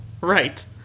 Right